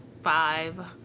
Five